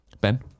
Ben